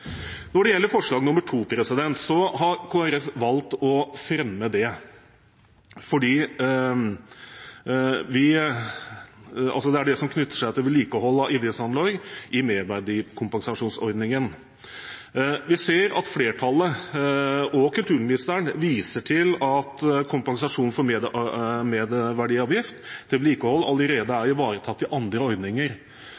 Når det gjelder forslag 2, har Kristelig Folkeparti valgt å fremme det. Det er forslaget som knytter seg til vedlikehold av idrettsanlegg i merverdikompensasjonsordningen. Vi ser at flertallet, og kulturministeren, viser til at kompensasjon for merverdiavgift til vedlikehold allerede er ivaretatt i andre ordninger.